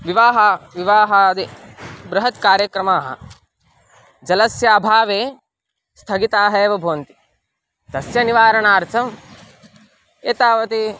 विवाहः विवाहादि बृहत् कार्यक्रमाः जलस्य अभावे स्थगिताः एव भवन्ति तस्य निवारणार्थम् एतावति